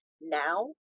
now